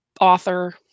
Author